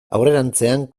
aurrerantzean